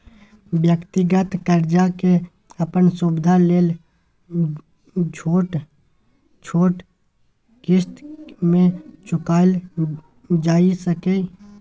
व्यक्तिगत कर्जा के अपन सुविधा लेल छोट छोट क़िस्त में चुकायल जाइ सकेए